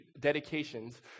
dedications